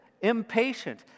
impatient